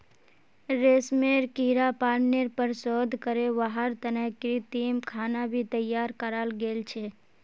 रेशमेर कीड़ा पालनेर पर शोध करे वहार तने कृत्रिम खाना भी तैयार कराल गेल छे